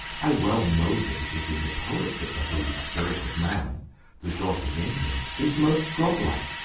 i well know that it is in the poet that the holy spirit of man the god within him is most godlike.